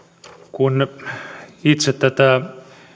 kun itse tätä